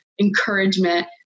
encouragement